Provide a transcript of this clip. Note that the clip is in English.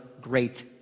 great